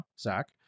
Zach